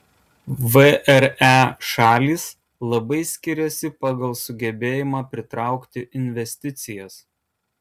vre šalys labai skiriasi pagal sugebėjimą pritraukti investicijas